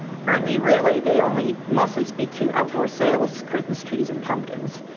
currently, really, they only mostly speak to outdoor sales, christmas trees and pumpkins,